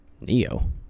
Neo